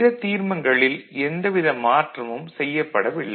பிற தீர்மங்களில் எந்தவித மாற்றமும் செய்யப்படவில்லை